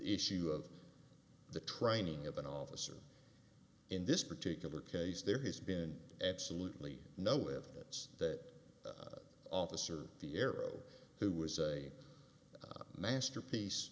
issue of the training of an officer in this particular case there has been absolutely no evidence that officer the arrow who was a masterpiece